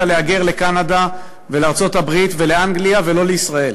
להגר לקנדה ולארצות-הברית ולאנגליה ולא לישראל.